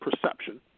perception